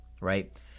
right